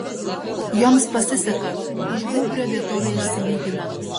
joms pasiseka už gūbrio vietovė išsilygina